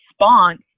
response